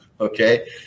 Okay